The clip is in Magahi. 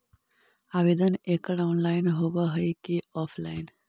आवेदन एकड़ ऑनलाइन होव हइ की ऑफलाइन?